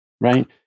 right